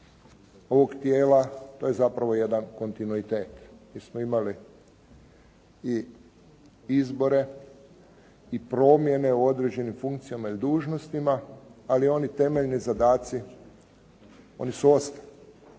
ovog tijela, to je zapravo jedan kontinuitet. Mi smo imali i izbore i promjene u određenim funkcijama i dužnostima, ali oni temeljni zadaci oni su ostali.